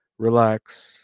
relax